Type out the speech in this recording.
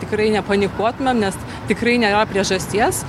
tikrai nepanikuotumėm nes tikrai nėra priežasties